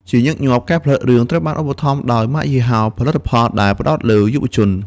ជាញឹកញាប់ ការផលិតរឿង ត្រូវបានឧបត្ថម្ភដោយម៉ាកយីហោផលិតផលដែលផ្តោតលើយុវជន។